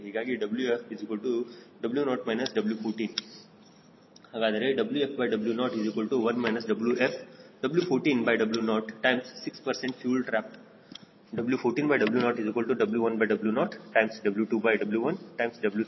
ಹೀಗಾಗಿ 𝑊ƒ 𝑊0 − 𝑊14 ಹಾಗಾದರೆ WfW01 W14W06 fuel trapped W14W0W1W0W2W1W3W2W4W3W5W4W6W5W7W6W8W7W9W8W10W9W11W10W12W11W13W12W14W13 W14W00